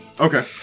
Okay